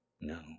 No